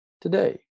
Today